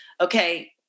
okay